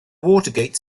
watergate